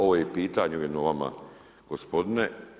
Ovo je pitanje jedno vama gospodine.